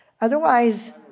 otherwise